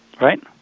Right